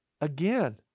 Again